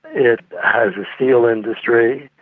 it has a steel industry.